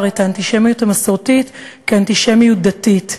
את האנטישמיות המסורתית כאנטישמיות דתית.